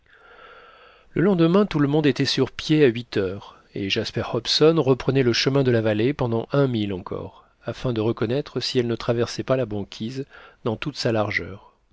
le lendemain tout le monde était sur pied à huit heures et jasper hobson reprenait le chemin de la vallée pendant un mille encore afin de reconnaître si elle ne traversait pas la banquise dans toute sa largeur